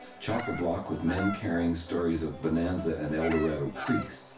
chock-a-block with men carrying stories of bonanza and eldorado creeks,